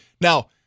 Now